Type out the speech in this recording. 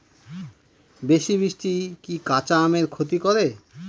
বেশি বৃষ্টি কি কাঁচা আমের ক্ষতি করে?